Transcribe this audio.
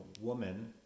woman